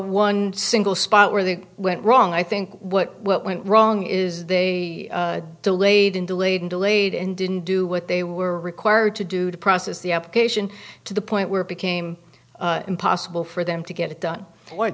one single spot where they went wrong i think what went wrong is they delayed and delayed and delayed and didn't do what they were required to do to process the application to the point where became impossible for them to get it done what